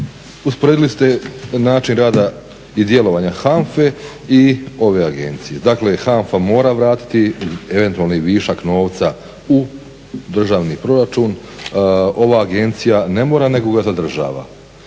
usporedili ste način rada i djelovanja HANFA-e i ove agencije. Dakle, HANFA mora vratiti eventualni višak novca u državni proračun, ova agencija ne mora nego ga zadržava.